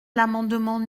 l’amendement